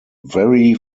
very